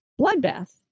bloodbath